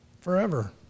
forever